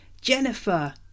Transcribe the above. Jennifer